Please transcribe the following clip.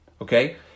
okay